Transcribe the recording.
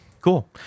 Cool